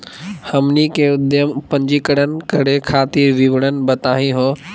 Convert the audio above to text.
हमनी के उद्यम पंजीकरण करे खातीर विवरण बताही हो?